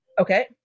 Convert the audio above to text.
Okay